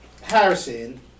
Harrison